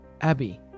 Abby